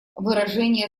выражение